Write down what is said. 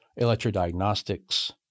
electrodiagnostics